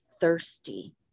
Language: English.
thirsty